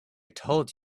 told